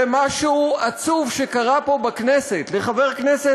זה משהו עצוב שקרה פה בכנסת לחבר כנסת,